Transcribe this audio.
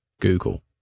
Google